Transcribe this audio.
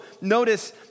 notice